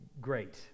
great